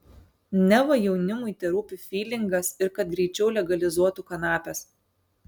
neva jaunimui terūpi fylingas ir kad greičiau legalizuotų kanapes